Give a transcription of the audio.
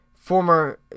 Former